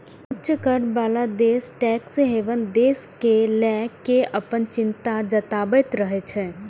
उच्च कर बला देश टैक्स हेवन देश कें लए कें अपन चिंता जताबैत रहै छै